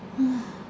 !hais!